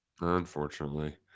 unfortunately